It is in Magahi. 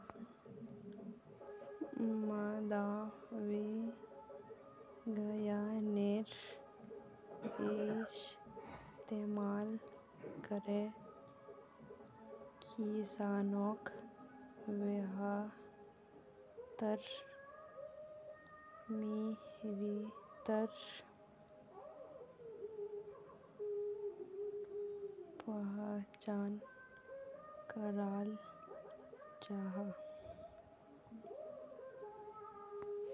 मृदा विग्यानेर इस्तेमाल करे किसानोक बेहतर मित्तिर पहचान कराल जाहा